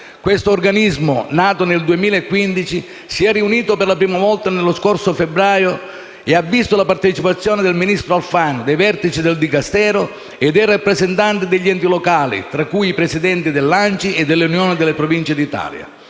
Questo organismo, nato nel 2015, si è riunito per la prima volta nello scorso mese di febbraio e ha visto la partecipazione del ministro Alfano, dei vertici del Dicastero e dei rappresentanti degli enti locali, tra cui i presidenti dell'ANCI e dell'Unione delle Province italiane.